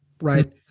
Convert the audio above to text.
right